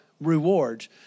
rewards